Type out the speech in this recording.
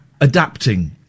adapting